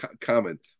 comment